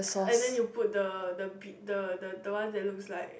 and then you put the the be~ the the one that looks like